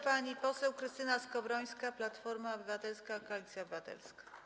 Pani poseł Krystyna Skowrońska, Platforma Obywatelska - Koalicja Obywatelska.